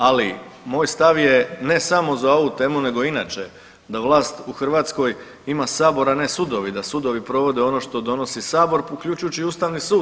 Ali moj stav je ne samo za ovu temu nego inače da vlast u Hrvatskoj ima Sabor, a ne sudovi, da sudovi provode ono što donosi Sabor uključujući i Ustavni sud.